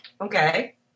Okay